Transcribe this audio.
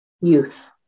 youth